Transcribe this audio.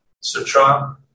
Sutra